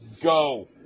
Go